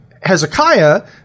Hezekiah